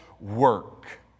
work